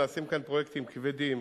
נעשים כאן פרויקטים כבדים,